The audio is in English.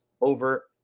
over